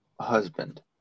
husband